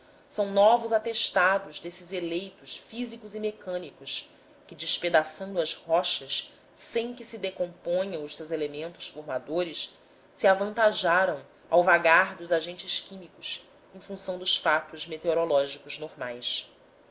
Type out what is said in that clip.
são novos atestados desses efeitos físicos e mecânicos que despedaçando as rochas sem que se decomponham os seus elementos formadores se avantajaram ao vagar dos agentes químicos em função dos fatos meteorológicos normais